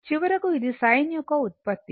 చివరికి ఇది సైన్ యొక్క ఉత్పత్తి